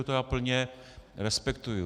To já plně respektuji.